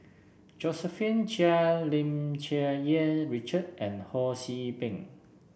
Josephine Chia Lim Cherng Yih Richard and Ho See Beng